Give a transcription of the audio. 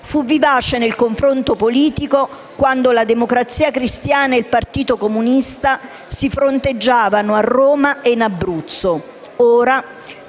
Fu vivace nel confronto politico quando la Democrazia Cristiana e il Partito Comunista si fronteggiavano a Roma e in Abruzzo. Ora